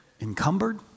Encumbered